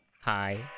Hi